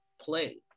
play